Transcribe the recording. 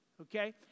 Okay